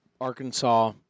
Arkansas